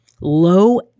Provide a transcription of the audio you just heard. low